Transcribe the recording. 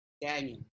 Daniel